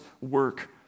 work